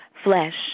flesh